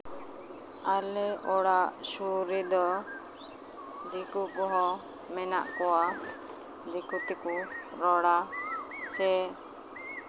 ᱟᱞᱮ ᱚᱲᱟᱜ ᱥᱩᱨ ᱨᱮᱫᱚ ᱫᱤᱠᱩ ᱠᱚᱦᱚᱸ ᱢᱮᱱᱟᱜ ᱠᱚᱣᱟ ᱫᱤᱠᱩ ᱛᱮᱠᱚ ᱨᱚᱲᱟ ᱥᱮ